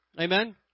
Amen